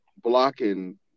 blocking